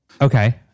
okay